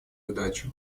задачу